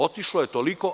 Otišlo je toliko.